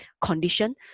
condition